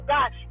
God